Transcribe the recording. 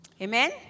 Amen